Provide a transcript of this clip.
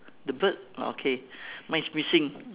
the bird okay mine is missing